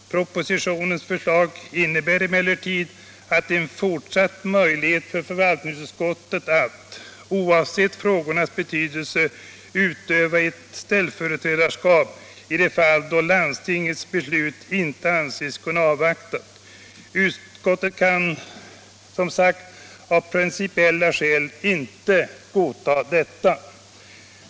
Propositionens förslag innebär emellertid en fortsatt möjlighet för förvaltningsutskottet att, oavsett frågornas betydelse, utöva ett ställföreträdarskap i de fall då landstingets beslut inte anses kunna avvaktas. Utskottet kan, som sagt, av principiella skäl inte godta detta.